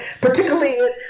Particularly